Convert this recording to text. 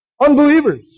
Unbelievers